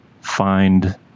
find